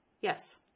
Yes